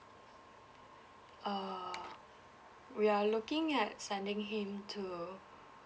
err we are looking at sending him to